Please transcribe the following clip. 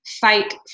fight